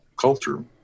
culture